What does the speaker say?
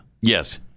Yes